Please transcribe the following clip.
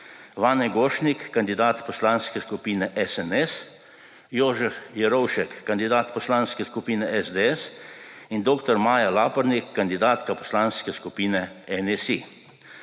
Vane Gošnik, kandidat Poslanske skupine SNS, Jožef Verovšek, kandidat Poslanske skupine SDS in dr. Maja Lapornik, kandidatka Poslanske skupine NSi.